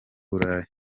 burayi